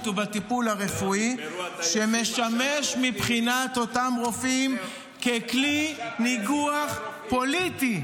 ובטיפול הרפואי שמשמש מבחינת אותם רופאים ככלי ניגוח פוליטי.